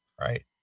Right